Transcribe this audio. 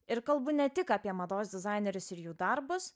ir kalbu ne tik apie mados dizainerius ir jų darbus